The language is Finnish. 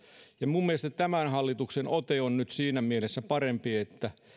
ja minun mielestäni tämän hallituksen ote on nyt siinä mielessä parempi että